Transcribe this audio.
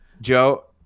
Joe